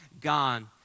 gone